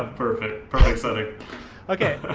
ah perfect perfect setting okay,